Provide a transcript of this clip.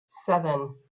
seven